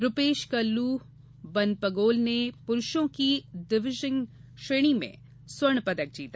रूपेश कल्लू बनपगोल ने पुरुषों की डिविजनिंग श्रेणी में स्वर्ण पदक जीता